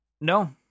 no